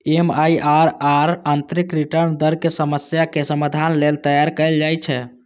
MIRR आंतरिक return दर के समस्याक समाधान लेल तैयार कैल जाइ छै